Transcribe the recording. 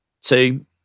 two